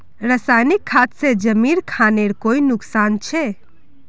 रासायनिक खाद से जमीन खानेर कोई नुकसान छे?